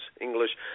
English